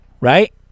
right